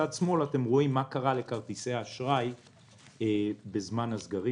בצד שמאל אתם רואים מה קרה לכרטיסי האשראי בזמן הסגרים.